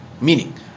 Meaning